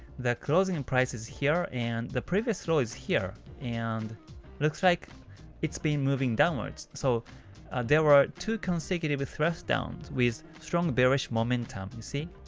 the closing and price is here and the previous low is here, and look likes so like it's been moving downwards, so there were two consecutive thrust down with strong bearish momentum, you see?